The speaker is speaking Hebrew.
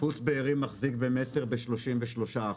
דפוס בארי מחזיק ב"מסר" ב-33%,